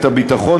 מערכת הביטחון",